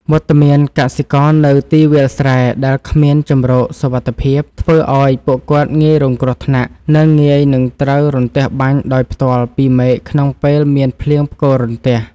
វត្តមានកសិករនៅទីវាលស្រែដែលគ្មានជម្រកសុវត្ថិភាព ធ្វើឱ្យពួកគាត់ងាយរងគ្រោះថ្នាក់ និង ងាយនឹងត្រូវរន្ទះបាញ់ដោយផ្ទាល់ពីមេឃក្នុងពេលមានភ្លៀងផ្គររន្ទះ។